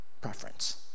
preference